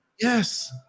yes